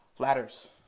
Ladders